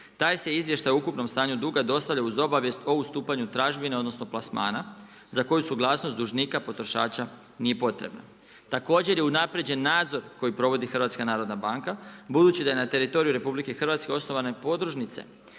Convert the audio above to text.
Taj se izvještaj o ukupnom stanju dostava dostavlja uz obavijest o ustupanju tražbine, odnosno, plasmana za koju suglasnost dužnika potrošača nije potrebno. Također je unaprijeđen nadzor koji provodi HNB, budući da je na teritoriju RH, osnovane i podružnice